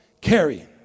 carrying